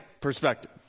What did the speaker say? perspective